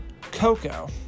Coco